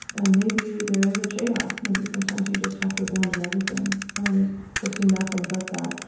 and maybe there is a tradeoff. maybe sometimes you just have to abandon everything and pursue nothing but that.